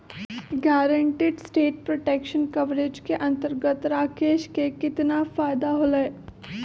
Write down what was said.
Guaranteed asset protection coverage के अंतर्गत राकेश के कितना फायदा होलय?